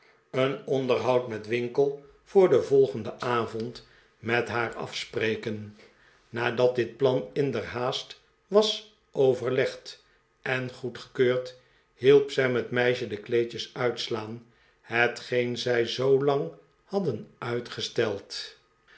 een onderhoud met winkle voor den volgenden avond met haar afspreken nadat dit plan inderhaast was overlegd en goedgekeurd hielp sam het meisje de kleedjes uitslaan hetgeen zij zoolang hadden uitgesteld